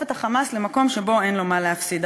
את ה"חמאס" למקום שבו אין לו מה להפסיד.